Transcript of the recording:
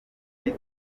lick